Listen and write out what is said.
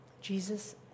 Jesus